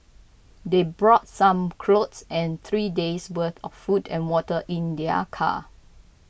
they brought some clothes and three days worth of food and water in their car